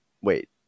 wait